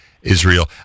Israel